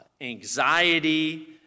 anxiety